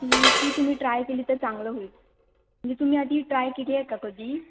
ती ती तुम्ही ट्राय केली तर चांगलं होईल म्हणजे तुम्ही आधी ट्राय केली आहे का कधी